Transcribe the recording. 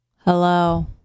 Hello